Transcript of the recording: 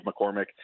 McCormick